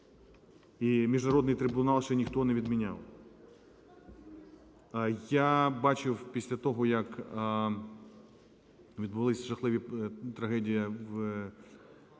І міжнародний трибунал ще ніхто не відміняв. Я бачив після того, як відбулись жахливі… трагедія в Керчі,